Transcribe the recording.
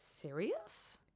Serious